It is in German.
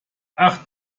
ach